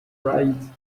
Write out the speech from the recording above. ride